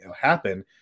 happen